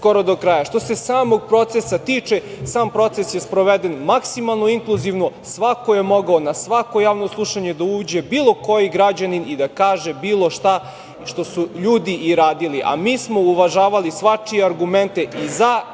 Što se samog procesa tiče, sam proces je sproveden maksimalno inkluzivno, svako je mogao na svako javno slušanje da uđe, bilo koji građanin i da kaže bilo šta što su ljudi i radili, a mi smo uvažavali svačije argumente i za i